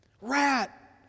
Rat